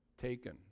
taken